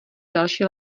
další